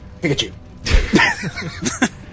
Pikachu